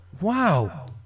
Wow